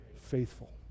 Faithful